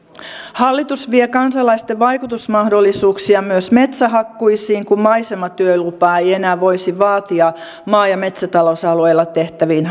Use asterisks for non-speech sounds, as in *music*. hallitus vie kansalaisten vaikutusmahdollisuuksia myös metsähakkuisiin kun maisematyölupaa ei ei enää voisi vaatia maa ja metsätalousalueilla tehtäviin *unintelligible*